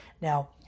Now